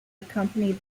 accompanied